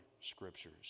scriptures